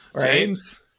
James